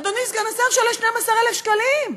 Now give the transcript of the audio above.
אדוני סגן השר, שעולה 12,000 שקלים,